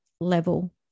level